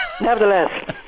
nevertheless